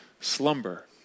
slumber